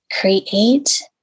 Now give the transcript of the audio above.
create